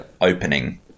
opening